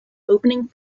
opening